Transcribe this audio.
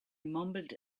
mumbled